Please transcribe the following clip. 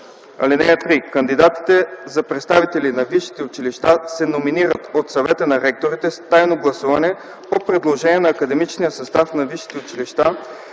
„(3) Кандидатите за представители на висшите училища се номинират от Съвета на ректорите с тайно гласуване по предложение на академичните съвети на висшите училища,